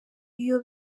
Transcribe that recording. iyo